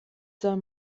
soll